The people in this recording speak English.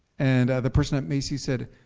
and the person at macy's said,